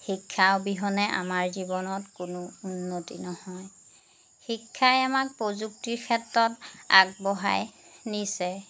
শিক্ষা অবিহনে আমাৰ জীৱনত কোনো উন্নতি নহয় শিক্ষাই আমাক প্ৰযুক্তিৰ ক্ষেত্ৰত আগবঢ়াই নিছে